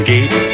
Gate